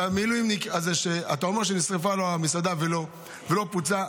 המילואימניק הזה שאתה אומר שנשרפה לו המסעדה והוא לא פוצה,